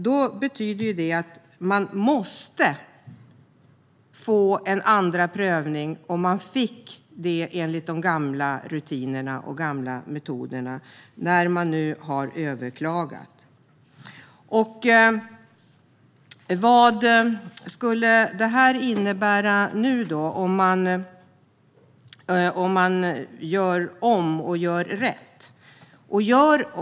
Det betyder att man måste få en andra prövning när man har överklagat, om man fick sin bedömning enligt de gamla rutinerna och metoderna.